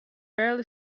barely